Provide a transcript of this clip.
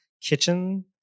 kitchen